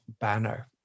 Banner